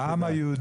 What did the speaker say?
אל תדאג.